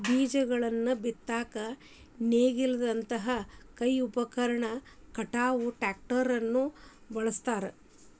ಬೇಜಗಳನ್ನ ಬಿತ್ತಾಕ ನೇಗಿಲದಂತ ಕೈ ಉಪಕರಣ ಅತ್ವಾ ಟ್ರ್ಯಾಕ್ಟರ್ ನು ಬಳಸ್ತಾರ